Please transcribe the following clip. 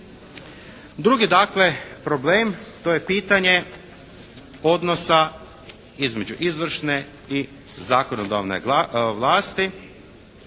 dakle problem to je pitanje odnosa između izvršne i zakonodavne vlasti.